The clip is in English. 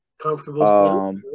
comfortable